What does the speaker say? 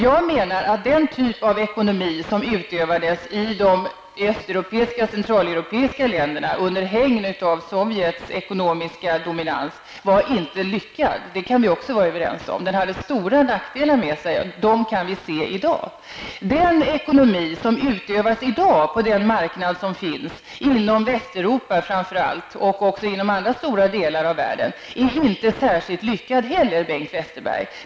Jag menar att den typ av ekonomi som utövades i de väst och centraleuropeiska länderna under hägn av Sovjets ekonomiska dominans inte var lyckad. Det kan vi också vara överens om. Den hade stora nackdelar. Dem kan vi se i dag. Den ekonomi som utövas i dag på den marknad som finns inom Västeuropa framför allt, men även inom stora delar av den övriga världen, är inte heller särskilt lyckad, Bengt Westerberg.